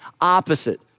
opposite